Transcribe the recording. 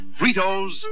Fritos